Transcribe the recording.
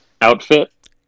outfit